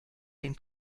den